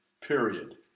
Period